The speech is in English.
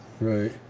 Right